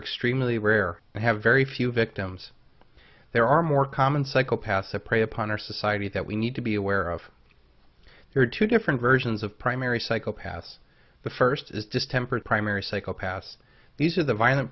extremely rare and have very few victims there are more common psychopaths a prey upon our society that we need to be aware of here two different versions of primary psychopaths the first is distempered primary psychopaths these are the violent